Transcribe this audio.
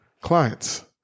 clients